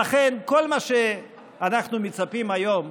לכן כל מה שאנחנו מצפים היום,